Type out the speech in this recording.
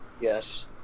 Yes